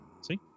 See